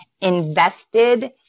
invested